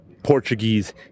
Portuguese